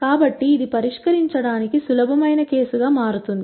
కాబట్టి ఇది పరిష్కరించడానికి సులభమైన కేసు గా మారుతుంది